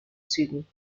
zügen